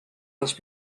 les